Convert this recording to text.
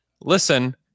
listen